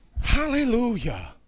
Hallelujah